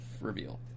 reveal